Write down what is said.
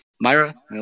Myra